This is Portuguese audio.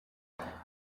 por